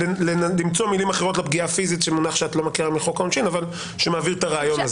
למצוא מילים אחרות לפגיעה הפיזית שמעביר את הרעיון הזה.